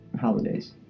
holidays